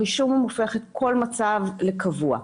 הרישום הופך את מצב לקבוע.